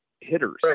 hitters